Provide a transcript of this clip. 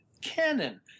canon